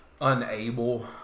unable